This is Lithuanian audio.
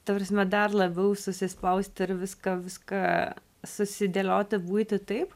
ta prasme dar labiau susispausti ir viską viską susidėlioti buitį taip